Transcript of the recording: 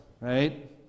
right